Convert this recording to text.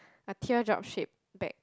a teardrop shaped bag